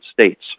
States